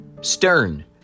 Stern